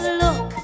look